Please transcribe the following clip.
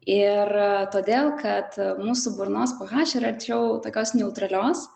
ir todėl kad mūsų burnos ph yra arčiau tokios neutralios